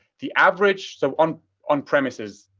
the average, so on on premise is